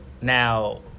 Now